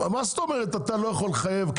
מה זאת אומרת אתה לא יכול לחייב?